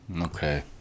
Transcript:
Okay